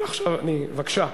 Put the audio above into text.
בבקשה.